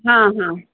हां हां